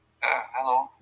Hello